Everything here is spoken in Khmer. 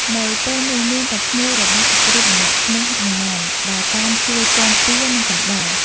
នៅពេលនោះ មានតែក្មួយរបស់សុគ្រីបម្នាក់ឈ្មោះហនុមាន ដែលតាមជួយគាំពារ និងកំដរ ។